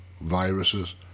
viruses